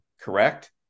Correct